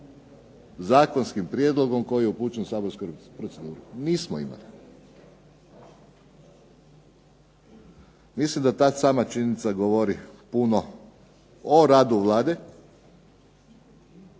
zakonskim prijedlogom koji je upućen u saborsku proceduru? Nismo imali. Mislim da ta sama činjenica govori puno o radu Vlade,